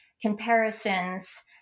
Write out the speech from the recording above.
comparisons